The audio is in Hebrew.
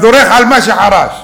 דורך על מה שחרש.